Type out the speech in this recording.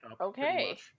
Okay